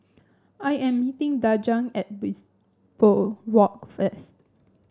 I am meeting Daja at Bishopswalk first